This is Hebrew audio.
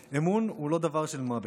אמון הוא לא דבר של מה בכך,